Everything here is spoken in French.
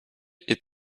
est